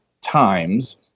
times